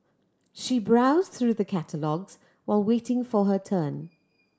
she browsed through the catalogues while waiting for her turn